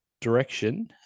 direction